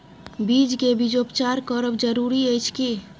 बीज के बीजोपचार करब जरूरी अछि की?